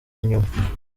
inyuma